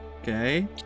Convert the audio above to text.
okay